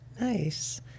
Nice